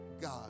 God